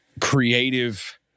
creative